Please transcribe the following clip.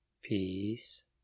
Peace